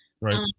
Right